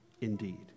indeed